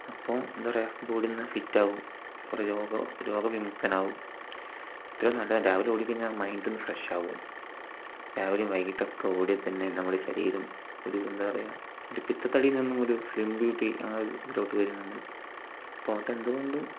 അപ്പോൾ എന്താ പറയുക ബോഡിയൊന്നു ഫിറ്റാവും കുറെ രോഗരോഗവിമുക്തനാവും അത്രയും നല്ലതാണ് രാവിലെ ഓടിക്കഴിഞ്ഞാൽ ആ മൈൻഡ് ഒന്ന് ഫ്രഷാവും രാവിലെയും വൈകീട്ടൊക്കെ ഓടിയാൽ തന്നെ നമ്മുടെ ശരീരം ഒരു എന്താ പറയുക ഒരു പിത്തത്തടിയിൽ നിന്നുമൊരു സ്ലീം ബ്യൂട്ടി അങ്ങനൊരു ഇതിലോട്ട് വരും നമ്മൾ അപ്പോൾ ഓട്ടം എന്തുകൊണ്ടും